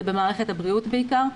זה במערכת הבריאות בעיקר.